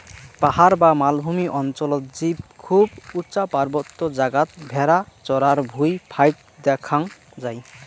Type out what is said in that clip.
পাহাড় বা মালভূমি অঞ্চলত জীব খুব উচা পার্বত্য জাগাত ভ্যাড়া চরার ভুঁই ফাইক দ্যাখ্যাং যাই